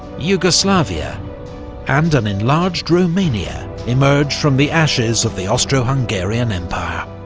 yugoslavia and an enlarged romania emerge from the ashes of the austro-hungarian empire.